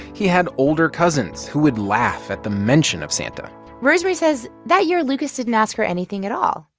he had older cousins who would laugh at the mention of santa rosemarie says, that year, lucas didn't ask her anything at all.